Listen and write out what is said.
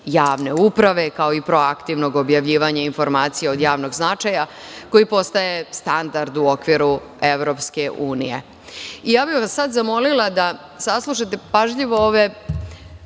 javne uprave, kao i proaktivnog objavljivanja informacija od javnog značaja, koji postaje standard u okviru EU.Sada bih vas zamolila da saslušate pažljivo ove